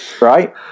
right